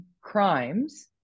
crimes